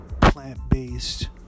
plant-based